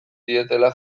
dietela